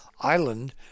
island